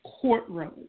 courtroom